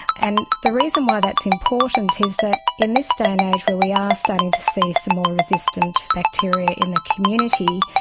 and the reason why that's important is that in this day and age where we are starting to see some more resistant bacteria in the community,